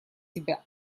себя